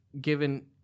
given